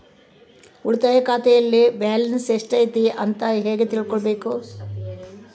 ಉಳಿತಾಯ ಖಾತೆಯಲ್ಲಿ ಬ್ಯಾಲೆನ್ಸ್ ಎಷ್ಟೈತಿ ಅಂತ ಹೆಂಗ ತಿಳ್ಕೊಬೇಕು?